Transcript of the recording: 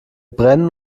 brennen